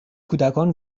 کودکان